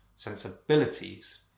sensibilities